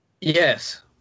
Yes